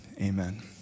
Amen